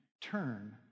turn